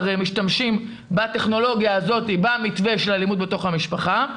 משתמשים בטכנולוגיה הזאת במתווה של אלימות במשפחה.